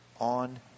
on